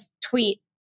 tweet